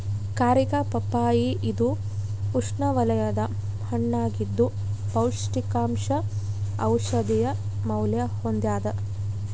ಕಾರಿಕಾ ಪಪ್ಪಾಯಿ ಇದು ಉಷ್ಣವಲಯದ ಹಣ್ಣಾಗಿದ್ದು ಪೌಷ್ಟಿಕಾಂಶ ಔಷಧೀಯ ಮೌಲ್ಯ ಹೊಂದ್ಯಾದ